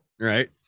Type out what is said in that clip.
right